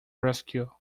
rescue